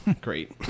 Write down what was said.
Great